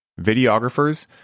videographers